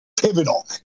pivotal